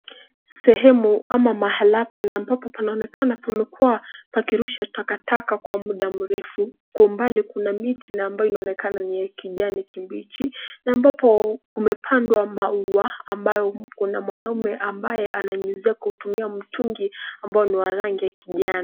Sehemu ama mahali hapa na ambapo panaonekana pamekuwa pakirusha takataka kwa muda mrefu. Kwa umbali kuna miti na ambayo inaonekana ni ya kijani kibichi na ambapo kumepandwa maua ambayo kuna mwanamume ambaye ananyunyizia kwa kutumia mtungi, ambao ni wa rangi ya kijani.